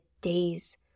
days